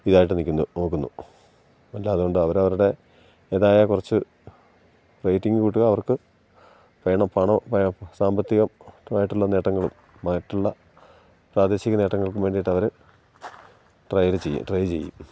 ഇതായിട്ട് നിൽക്കുന്നു നോക്കുന്നു അല്ല അതുകൊണ്ട് അവരവരുടെ ഏതായ കുറച്ച് റേറ്റിങ്ങ് കൂട്ടുക അവർക്ക് വേണം പണം സാമ്പത്തികം ആയിട്ടുള്ള നേട്ടങ്ങളും മറ്റുള്ള പ്രാദേശിക നേട്ടങ്ങൾക്കും വേണ്ടിയിട്ടവർ ട്രയല് ചെയ്യും ട്രൈ ചെയ്യും